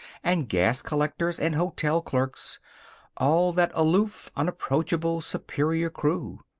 and gas collectors, and hotel clerks all that aloof, unapproachable, superior crew.